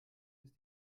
ist